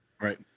Right